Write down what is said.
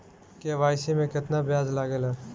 KCC में केतना ब्याज लगेला?